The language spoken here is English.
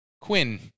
Quinn